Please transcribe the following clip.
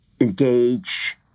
engage